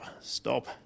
stop